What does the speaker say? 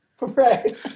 Right